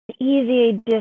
Easy